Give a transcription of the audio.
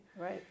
Right